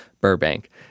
Burbank